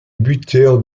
buteurs